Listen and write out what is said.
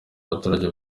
baturage